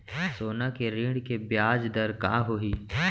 सोना के ऋण के ब्याज दर का होही?